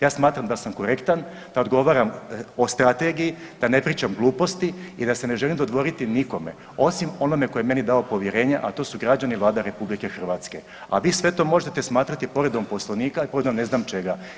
Ja smatram da sam korektan, da odgovaram o Strategiji, da ne pričam gluposti i da se ne želim dodvoriti nikome, osim onome tko je meni dao povjerenje, a to su građani i Vlada RH, a vi sve to možete smatrati povredom Poslovnika i povredom ne znam čega.